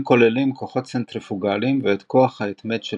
הם כוללים כוחות צנטריפוגליים ואת כוח ההתמד של